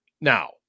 Now